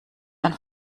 ein